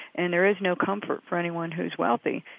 and there is no comfort for anyone who's wealthy,